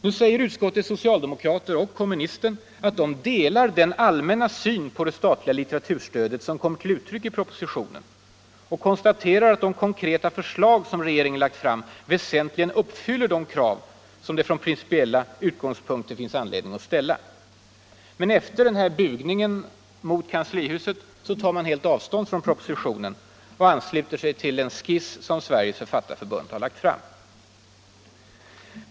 Nu säger utskottets socialdemokrater och kommunisten att de delar ”den allmänna syn på det statliga litteraturstödet som kommer till uttryck i propositionen och konstaterar att de konkreta förslag som regeringen lagt fram väsentligen uppfyller de krav som det från principiella utgångspunkter finns anledning att ställa”. Men efter denna bugning mot kanslihuset tar man helt avstånd från propositionen och ansluter sig i stället till en skiss som Sveriges författarförbund har lagt fram.